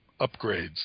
upgrades